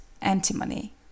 antimony